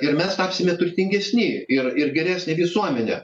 ir mes tapsime turtingesni ir ir geresne visuomene